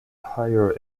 higher